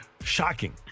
Shocking